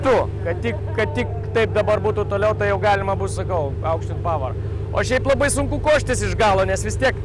tu kad tik kad tik taip dabar būtų toliau jau galima bus sakau aukštint pavarą o šiaip labai sunku koštis iš galo nes vis tiek